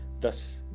Thus